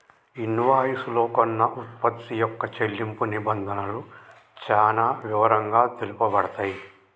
invoice లో కొన్న వుత్పత్తి యొక్క చెల్లింపు నిబంధనలు చానా వివరంగా తెలుపబడతయ్